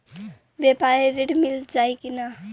व्यापारी ऋण मिल जाई कि ना?